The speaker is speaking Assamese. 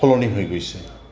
সলনি হৈ গৈছে